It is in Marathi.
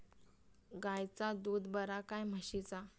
गायचा दूध बरा काय म्हशीचा?